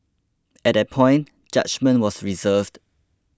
at that point judgement was reserved